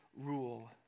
rule